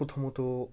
প্রথমত